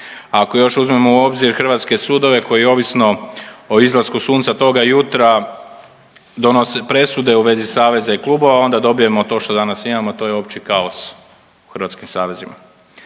Ako još uzmemo u obzir hrvatske sudove koji ovisno o izlasku sunca toga jutra donose presude u vezi saveza i klubova onda dobijemo to što danas imamo, to je opći kaos u hrvatskim savezima.